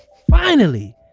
finally,